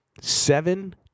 seven